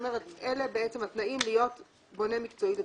אלה התנאים להיות בונה מקצועי לפיגומים.